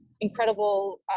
incredible